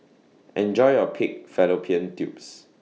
Enjoy your Pig Fallopian Tubes